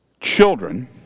children